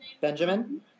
Benjamin